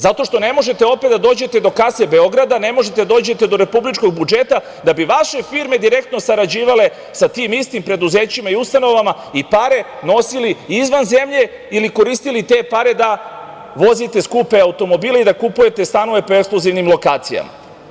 Zato što ne možete opet da dođete do kase Beograda, ne možete da dođete do republičkog budžeta da bi vaše firme direktno sarađivale sa tim istim preduzećima i ustanovama i pare nosili izvan zemlje ili koristili te pare da vozite skupe automobile i da kupujete stanove po ekskluzivnim lokacijama.